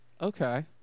Okay